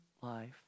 life